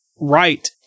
right